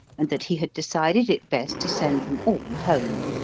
and that he had decided it best to send them all home.